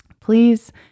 Please